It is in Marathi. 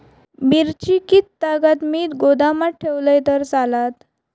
मिरची कीततागत मी गोदामात ठेवलंय तर चालात?